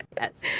yes